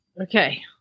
Okay